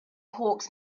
hawks